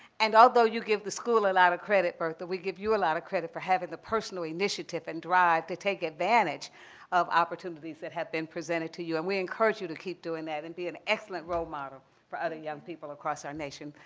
and although you give the school a lot of credit, bertha, we give you a lot of credit for having the personal initiative and drive to take advantage of opportunities that have been presented to you. and we encourage you to keep doing that and be an excellent role model for other young people across our nation.